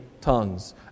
tongues